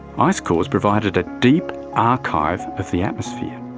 ice cores provided a deep archive of the atmosphere.